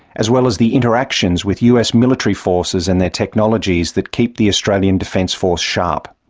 as well as the interactions with us military forces and their technologies that keep the australian defence force sharp.